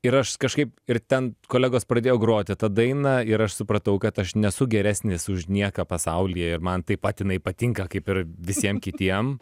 ir aš kažkaip ir ten kolegos pradėjo groti tą dainą ir aš supratau kad aš nesu geresnis už nieką pasaulyje ir man taip pat inai patinka kaip ir visiem kitiem